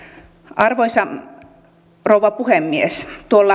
arvoisa rouva puhemies